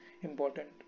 important